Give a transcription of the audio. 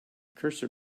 cursor